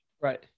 Right